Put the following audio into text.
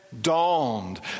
Dawned